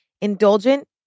Indulgent